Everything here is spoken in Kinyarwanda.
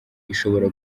ishobora